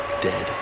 dead